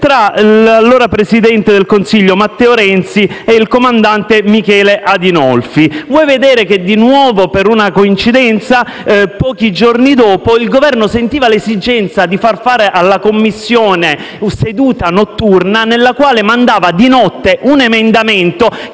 tra l'allora presidente del Consiglio Matteo Renzi e il comandante Michele Adinolfi. Vuoi vedere che di nuovo per una coincidenza, pochi giorni dopo, il Governo sentiva l'esigenza di far convocare alla Commissione una seduta notturna, nella quale presentava l'emendamento